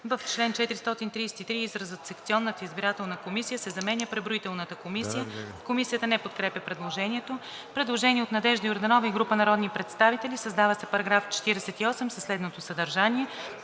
В чл. 433 изразът „секционната избирателна комисия“ се заменя „преброителната комисия“.“ Комисията не подкрепя предложението. Предложение от Надежда Йорданова и група народни представители: „Създава се § 48 със следното съдържание: